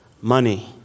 Money